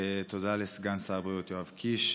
תודה לסגן שר הבריאות יואב קיש.